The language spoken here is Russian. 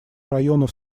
районов